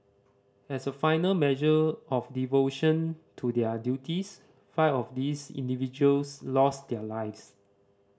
as a final measure of devotion to their duties five of these individuals lost their lives